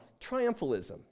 triumphalism